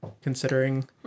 considering